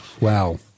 wow